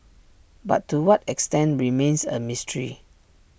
but to what extent remains A mystery